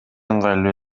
ыңгайлуу